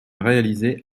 réaliser